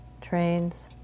trains